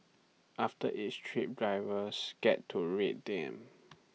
after each trip drivers get to rate them